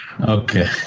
Okay